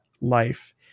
life